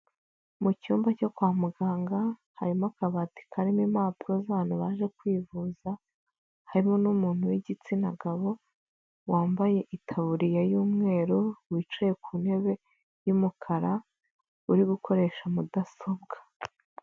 Mu cyumba cyo kwa muganga harimo akabati karimo impapuro z'abantu baje kwivuza, harimo n'umuntu w'igitsina gabo wambaye itaburiya y'umweru wicaye ku ntebe y'umukara uri gukoresha mudasobwa.